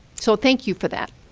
so thank you for that.